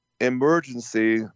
emergency